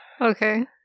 Okay